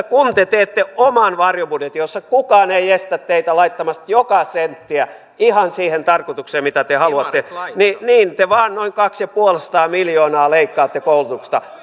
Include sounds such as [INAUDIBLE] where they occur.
[UNINTELLIGIBLE] kun te teette oman varjobudjetin jossa kukaan ei estä teitä laittamasta joka senttiä ihan siihen tarkoitukseen mitä te haluatte niin te vain noin kaksisataaviisikymmentä miljoonaa leikkaatte koulutuksesta